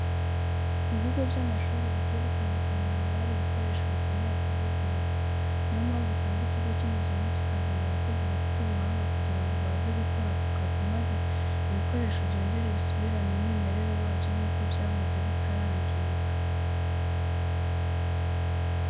Mu bigo byinshi bigiye bitandukanye haba hari ibikoresho bikeneye kuvugururwa, ni yo mpamvu usanga ikigo kinyuzamo kikazana abakozi bafite ubuhanga kugira ngo baze gukora ako kazi maze ibikoresho byongere bisubirane umwimerere wabyo nk'uko byahoze bitari byangirika.